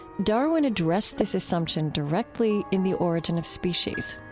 darwin addressed this assumption directly in the origin of species